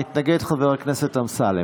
מתנגד, חבר הכנסת אמסלם.